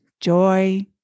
joy